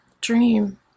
dream